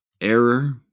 Error